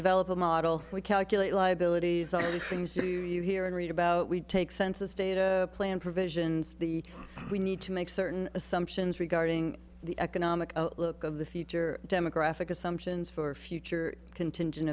develop a model we calculate liabilities all these things do you hear and read about we take census data plan provisions the we need to make certain assumptions regarding the economic outlook of the future demographic assumptions for future contingent